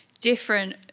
different